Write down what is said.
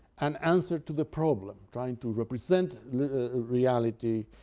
an answer to the problem trying to represent reality,